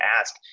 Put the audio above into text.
ask